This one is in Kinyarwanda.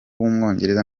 w’umwongereza